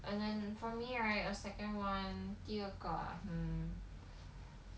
and then for me right a second [one] 第二个 ah hmm